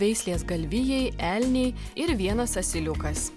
veislės galvijai elniai ir vienas asiliukas